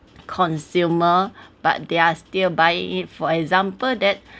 consumer but they're still buy it for example that